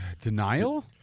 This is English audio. Denial